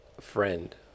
friend